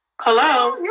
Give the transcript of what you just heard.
Hello